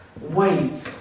wait